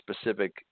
specific